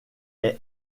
est